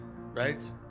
right